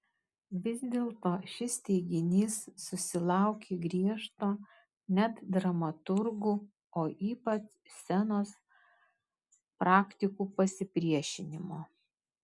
vis dėlto šis teiginys susilaukė griežto net dramaturgų o ypač scenos praktikų pasipriešinimo